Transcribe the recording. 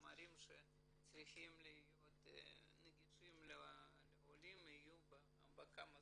שצריכים להיות במשרדי הממשלה נגישים לעולים בכמה שפות.